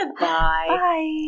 Bye